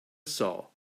saw